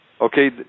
Okay